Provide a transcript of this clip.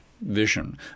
vision